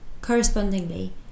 Correspondingly